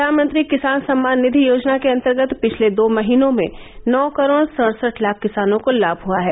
प्रधानमंत्री किसान सम्मान निधि योजना के अंतर्गत पिछले दो महीनों में नौ करोड़ सड़सठ लाख किसानों को लाभ हुआ है